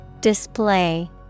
Display